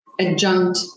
adjunct